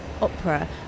opera